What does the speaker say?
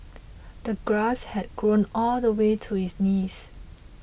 the grass had grown all the way to his knees